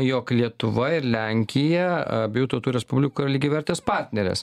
jog lietuva ir lenkija abiejų tautų respublikoje lygiavertės partnerės